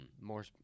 More